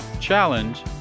challenge